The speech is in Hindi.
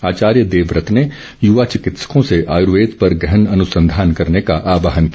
आचार्य देवव्रत ने युवा चिकित्सकों से आयुर्वेद पर गहन अनुसंधान करने का आहवान किया